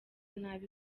nabi